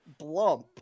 Blump